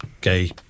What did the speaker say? gay